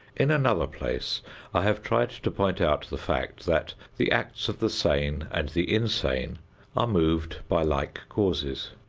in another place i have tried to point out the fact that the acts of the sane and the insane are moved by like causes,